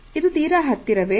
ಇದು ತೀರ ಹತ್ತಿರವೇ